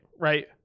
right